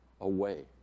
away